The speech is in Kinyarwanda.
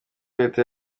leta